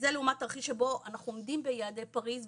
זה לעומת תרחיש שבו אנחנו עומדים ביעדי פריז,